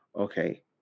Okay